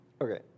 Okay